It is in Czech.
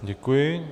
Děkuji.